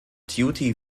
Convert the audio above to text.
duty